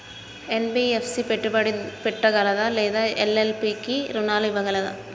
NBFC పెట్టుబడి పెట్టగలదా లేదా ఎల్.ఎల్.పి కి రుణాలు ఇవ్వగలదా?